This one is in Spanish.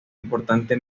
importante